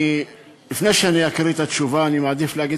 לפני שאני אקריא את התשובה אני מעדיף להגיד